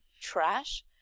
trash